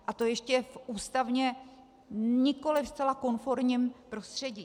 A to ještě v ústavně nikoli zcela konformním prostředí.